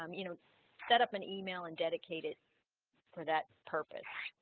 um you know set up an email and dedicated for that purpose